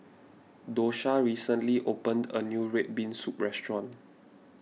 Dosha recently opened a new Red Bean Soup restaurant